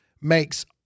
makes